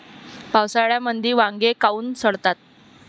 पावसाळ्यामंदी वांगे काऊन सडतात?